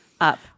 up